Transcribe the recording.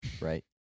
right